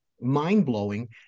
mind-blowing